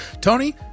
tony